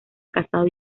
casado